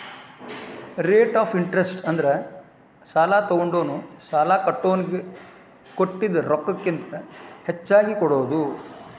rate of interest ಅಂದ್ರ ಸಾಲಾ ತೊಗೊಂಡೋನು ಸಾಲಾ ಕೊಟ್ಟೋನಿಗಿ ಕೊಟ್ಟಿದ್ ರೊಕ್ಕಕ್ಕಿಂತ ಹೆಚ್ಚಿಗಿ ಕೊಡೋದ್